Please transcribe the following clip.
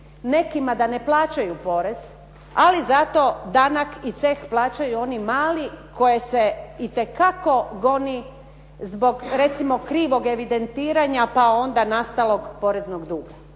nekima da ne plaćaju porez, ali zato danak i ceh plaćaju oni mali koje se itekako goni zbog recimo krivog evidentiranja pa onda nastalog poreznog duga.